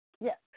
Yes